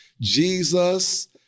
Jesus